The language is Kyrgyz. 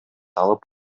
алып